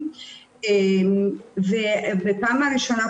הצד של הקהילה --- אני רק רוצה לומר איך אני נתקלתי בפער הזה